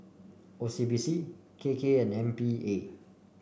O C B C K K and M P A